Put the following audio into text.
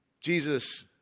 Jesus